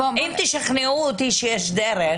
אם תשכנעו אותי שיש דרך